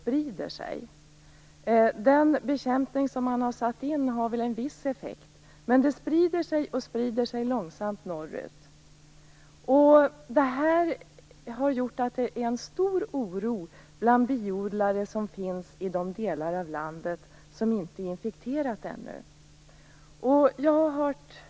Även om den bekämpning man har satt in har en viss effekt sprider det sig, och det sprider sig långsamt norrut. Det här har skapat stor oro bland biodlarna i de delar av landet som ännu inte är infekterade.